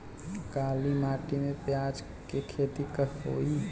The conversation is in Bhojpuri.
काली माटी में प्याज के खेती होई?